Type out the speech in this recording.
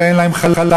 ואין להם חלב,